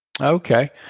Okay